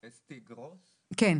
כן.